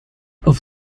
auf